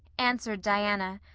answered diana,